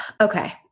okay